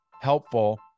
helpful